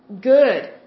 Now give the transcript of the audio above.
good